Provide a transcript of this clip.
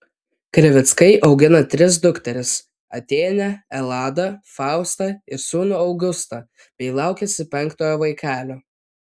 krivickai augina tris dukteris atėnę eladą faustą ir sūnų augustą bei laukiasi penktojo vaikelio